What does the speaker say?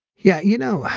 yeah. you know,